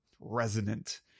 resonant